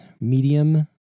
medium